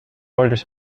orders